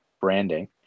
branding